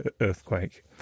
Earthquake